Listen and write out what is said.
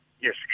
Yes